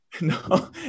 no